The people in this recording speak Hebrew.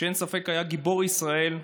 שאין ספק שהיה גיבור ישראל,